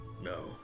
No